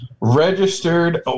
registered